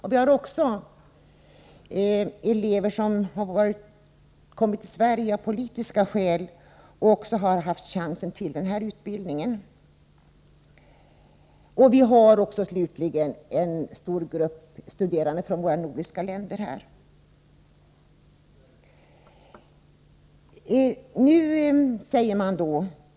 Dessutom finns elever som har kommit till Sverige av politiska skäl och fått chansen till denna utbildning. Slutligen finns här också en stor grupp studerande från våra nordiska grannländer.